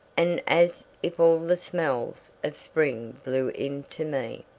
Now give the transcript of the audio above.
and as if all the smells of spring blew in to me.